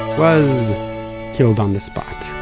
was killed on the spot.